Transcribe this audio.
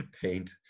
paint